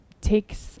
takes